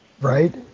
Right